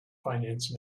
finance